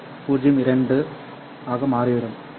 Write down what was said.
2 ஆக மாறிவிடும் இல்லையா